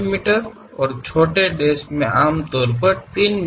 me ಉದ್ದವನ್ನು ಹೊಂದಿರುತ್ತದೆ ಮತ್ತು ಶಾರ್ಟ್ ಡ್ಯಾಶ್ ಸಾಮಾನ್ಯವಾಗಿ 3 ಮಿ